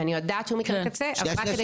ואני יודעת שהוא מקרה קצה --- שנייה,